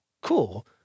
cool